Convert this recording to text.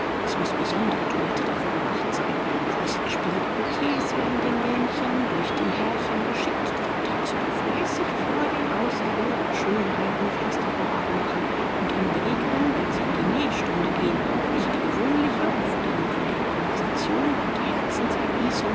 es muß besondre toilette dafür gemacht sein kostspielige bouquets werden den dämchen durch die herrchen geschickt die dann tags über fleißig vor den auserwählten schönheiten fensterparade machen und ihnen begegnen wenn sie in die nähstunde gehen welche die gewöhnliche und für die nothwendige konversation und